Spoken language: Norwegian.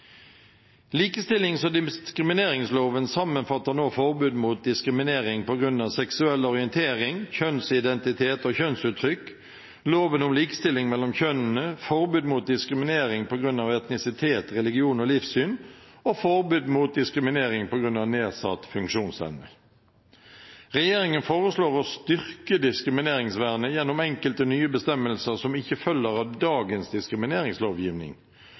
Likestillings- og diskrimineringsloven sammenfatter nå forbud mot diskriminering på grunn av seksuell orientering, kjønnsidentitet og kjønnsuttrykk, loven om likestilling mellom kjønnene, forbud mot diskriminering på grunn av etnisitet, religion og livssyn og forbud mot diskriminering på grunn av nedsatt funksjonsevne. Regjeringen foreslår å styrke diskrimineringsvernet gjennom enkelte nye bestemmelser som ikke følger av dagens diskrimineringslovgivning.